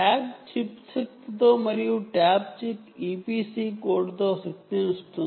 tag కి RF శక్తి నిస్తాము మరియు ట్యాగ్ చిప్ కి శక్తి నిస్తాము